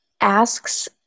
asks